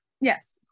Yes